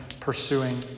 pursuing